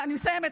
אני מסיימת.